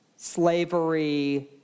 slavery